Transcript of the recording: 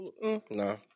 no